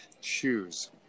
Shoes